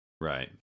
Right